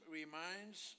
reminds